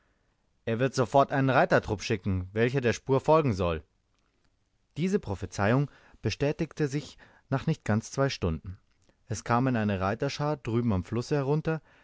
er wird sofort einen reitertrupp schicken welcher der spur folgen soll diese prophezeiung bestätigte sich nach nicht ganz zwei stunden es kam eine reiterschar drüben am flusse herunter